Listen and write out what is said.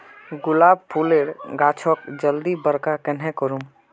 गुलाब फूलेर गाछोक जल्दी बड़का कन्हे करूम?